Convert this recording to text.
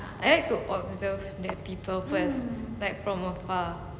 I like to observe the people first from afar